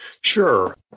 sure